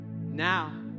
Now